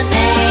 Say